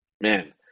man